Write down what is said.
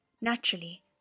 Naturally